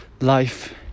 life